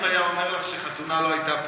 שר הדתות היה אומר לך שחתונה לא הייתה פה,